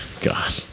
God